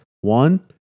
One